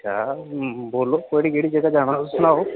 sir बोलो केह्ड़ी केह्ड़ी जगह जाना तुसें सनाओ